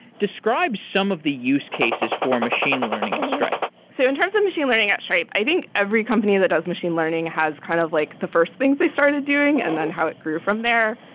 describe some of the use cases for machine learning at stripe so in terms of machine learning at stripe, i think every company that does machine learning has kind of like the first thing they started doing and then how it grew from there.